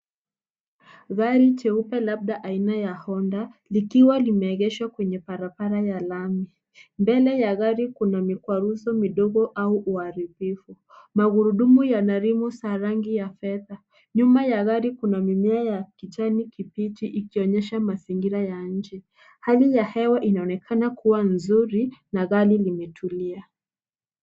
Gari jeupe labda aina ya Honda likiwa limeegeshwa kwenye barabara ya lami. Mbele ya gari kuna mikwaruzo midogo au uharibifu. Magurudumu yana rimu za rangi ya fedha. Nyuma ya gari kuna mimea ya kijani kibichi ikionyesha mazingira ya nje. Hali ya hewa inaonekana kuwa nzuri na gari limetulia.